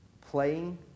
playing